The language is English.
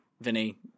Vinny